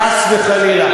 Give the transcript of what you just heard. חס וחלילה,